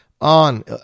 On